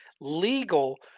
legal